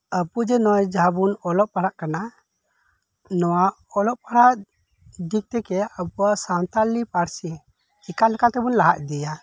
ᱟᱵᱚᱡᱮ ᱱᱚᱜᱚᱭ ᱵᱚ ᱚᱞᱚᱜ ᱯᱟᱲᱦᱟᱜ ᱠᱟᱱᱟ ᱱᱚᱶᱟ ᱚᱞᱚᱜ ᱯᱟᱲᱦᱟᱜ ᱫᱤᱠᱛᱷᱮᱠᱮ ᱟᱵᱚᱣᱟᱜ ᱥᱟᱱᱛᱟᱲᱤ ᱯᱟᱹᱨᱥᱤ ᱪᱤᱠᱟᱹ ᱞᱮᱠᱟᱛᱮᱵᱚ ᱞᱟᱦᱟ ᱤᱫᱤᱭᱟ